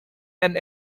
and